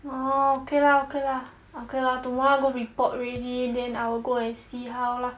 orh okay lah okay lah okay lah tomorrow I go report already then I will go and see how lah